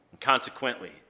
Consequently